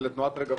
ולתנועת רגבים,